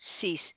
cease